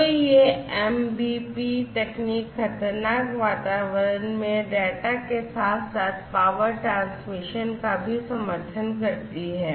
तो यह MBP तकनीक खतरनाक वातावरण में डेटा के साथ साथ पावर ट्रांसमिशन का भी समर्थन करती है